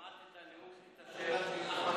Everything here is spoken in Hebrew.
בקואליציה, סליחה.